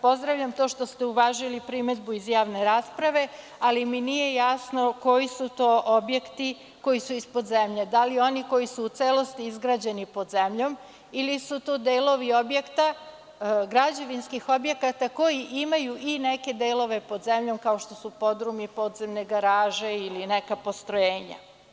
Pozdravljam to što ste uvažili primedbu iz javne rasprave, ali mi nije jasno koji su to objekti koji su ispod zemlje, da li oni koji su u celosti izgrađeni pod zemljom ili su to delovi objekta, građevinskih objekata koji imaju i neke delove pod zemljom kao što su podrumi, podzemne garaže ili neka postrojenja.